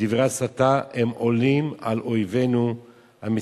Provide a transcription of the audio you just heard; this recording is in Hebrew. בדברי ההסתה הם עולים על אויבינו המסיתים